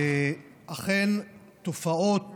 אכן, תופעות